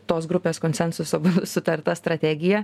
tos grupės konsensuso sutarta strategija